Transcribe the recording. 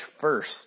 first